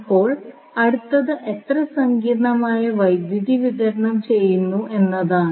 ഇപ്പോൾ അടുത്തത് എത്ര സങ്കീർണ്ണമായ വൈദ്യുതി വിതരണം ചെയ്യുന്നു എന്നതാണ്